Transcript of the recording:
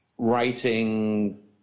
writing